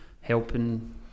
helping